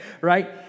right